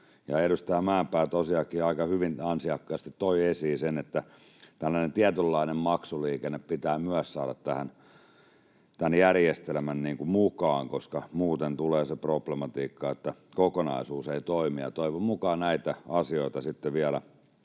Edustaja Mäenpää tosiaankin aika hyvin ansiokkaasti toi esiin sen, että tällainen tietynlainen maksuliikenne pitää myös saada tähän järjestelmään mukaan, koska muuten tulee se problematiikka, että kokonaisuus ei toimi, ja toivon mukaan näitä asioita sitten vielä